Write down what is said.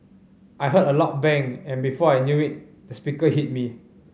I heard a loud bang and before I knew it the speaker hit me